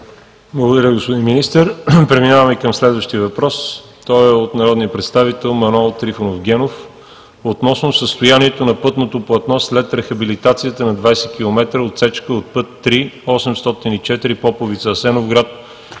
Благодаря, господин Министър. Преминаваме към следващия въпрос. Той е от народния представител Манол Трифонов Генов, относно състоянието на пътното платно след рехабилитацията на 20 км отсечка от път ІІІ 804 Поповица – Асеновград